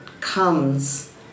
comes